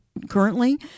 currently